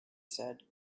said